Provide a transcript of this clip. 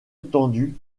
tendue